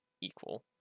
equal